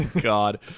god